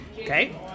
Okay